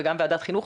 וגם ועדת החינוך,